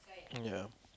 ya